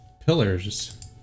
pillars